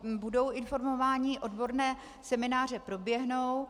Budou informováni, odborné semináře proběhnou.